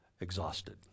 exhausted